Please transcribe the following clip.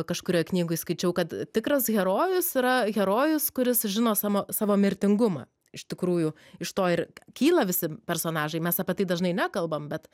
kažkurioj knygoj skaičiau kad tikras herojus yra herojus kuris žino savo savo mirtingumą iš tikrųjų iš to ir kyla visi personažai mes apie tai dažnai nekalbam bet